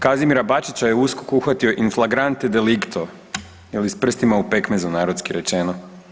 Kazimira Bačića je USKOK uhvatio in flagrante delicto ili s prstima u pekmezu narodski rečeno.